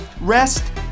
rest